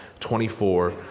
24